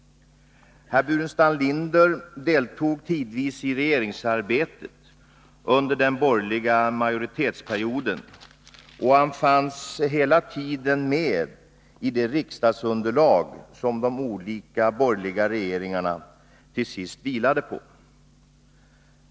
Herr Burenstam Linder deltog tidvis i regeringsarbetet under den borgerliga majoritetsperioden, och han fanns hela tiden med i det riksdagsunderlag som de olika borgerliga regeringarna till sist vilade på.